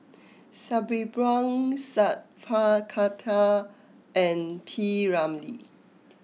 Sabri Buang Sat Pal Khattar and P Ramlee